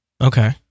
okay